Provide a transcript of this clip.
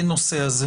ישראל.